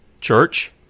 church